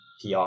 PR